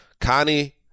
Connie